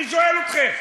אני שואל אתכם.